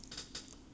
no